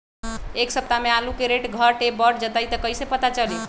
एक सप्ताह मे आलू के रेट घट ये बढ़ जतई त कईसे पता चली?